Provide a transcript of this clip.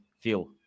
feel